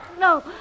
No